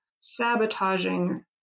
sabotaging